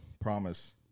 Promise